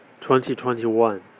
2021